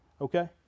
Okay